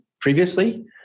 previously